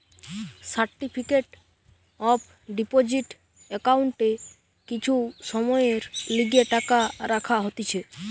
certificate of deposit একাউন্টে কিছু সময়ের লিগে টাকা রাখা হতিছে